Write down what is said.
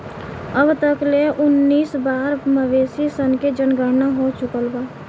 अब तक ले उनऽइस बार मवेशी सन के जनगणना हो चुकल बा